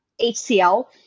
HCL